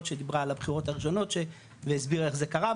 שדיברה על הבחירות הראשונות והסבירה איך זה קרה,